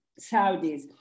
Saudis